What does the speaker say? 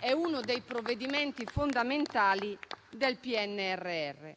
è uno dei provvedimenti fondamentali del PNRR.